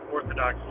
Orthodox